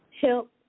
Help